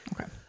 Okay